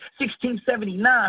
1679